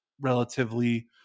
relatively